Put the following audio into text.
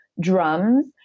drums